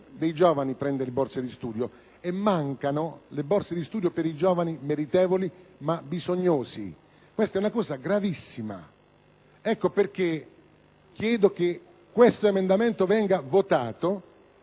dei giovani prende le borse di studio, ma mancano le borse di studio per i giovani meritevoli e bisognosi. E[]una cosa gravissima: per questo chiedo che questi emendamenti vengano votati,